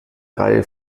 reihe